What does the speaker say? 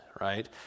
right